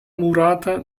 murata